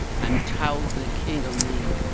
and tauld the king o' me,